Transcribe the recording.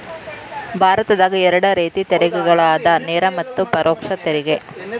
ಭಾರತದಾಗ ಎರಡ ರೇತಿ ತೆರಿಗೆಗಳದಾವ ನೇರ ಮತ್ತ ಪರೋಕ್ಷ ತೆರಿಗೆ